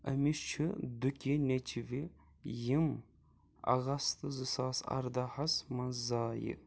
أمِس چھُ دُكہِ نیٚچوِ یِم اَگست زٕ ساس اَرداہس منٛز زایہِ